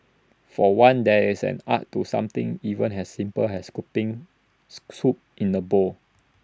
for one there is an art to something even as simple as scooping scoop soup in A bowl